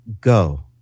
Go